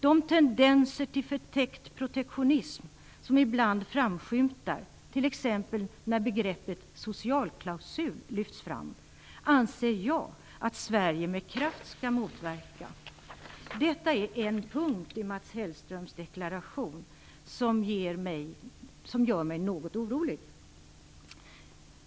De tendenser till förtäckt protektionism som ibland framskymtar, t.ex. när begreppet socialklausul lyfts fram, anser jag att Sverige med kraft skall motverka. Detta är en punkt i Mats Hellströms deklaration som gör mig något orolig.